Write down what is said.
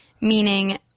meaning